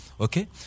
okay